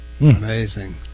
Amazing